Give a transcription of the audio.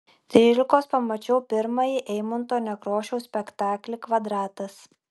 trylikos pamačiau pirmąjį eimunto nekrošiaus spektaklį kvadratas